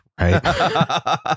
Right